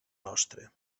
nostre